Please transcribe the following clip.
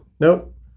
Nope